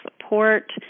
support